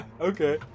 Okay